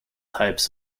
types